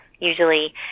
usually